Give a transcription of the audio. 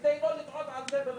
כדי לא לתהות על זה בעתיד.